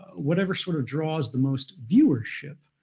whatever sort of draws the most viewership